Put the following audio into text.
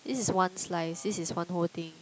this is one slice this is one whole thing